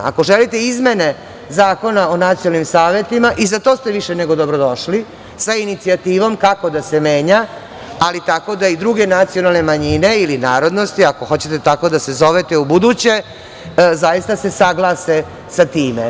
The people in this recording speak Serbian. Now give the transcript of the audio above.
Ako želite izmene Zakona o nacionalnim savetima, i za to ste više nego dobrodošli sa inicijativom kako da se menja, ali tako da i druge nacionalne manjine ili narodnosti, ako hoćete tako da se zovete u buduće, zaista se saglase sa time.